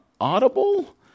Audible